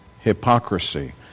hypocrisy